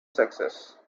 success